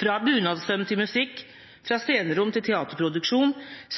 fra bunadssøm til musikk, fra scenerom til teaterproduksjon,